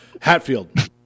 hatfield